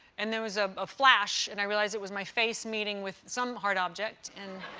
and there was a ah flash, and i realized it was my face meeting with some hard object.